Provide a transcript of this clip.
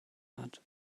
hat